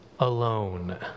Alone